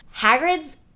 Hagrid's